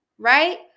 right